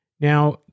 Now